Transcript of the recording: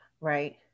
right